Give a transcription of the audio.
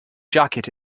jacket